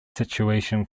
situation